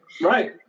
right